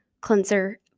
cleanser